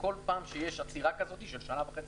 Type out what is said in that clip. וכל פעם שיש עצירה כזאת של שנה וחצי